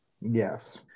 Yes